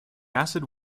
acid